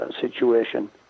situation